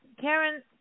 Karen